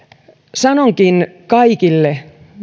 sanonkin kaikille